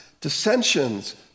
dissensions